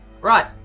Right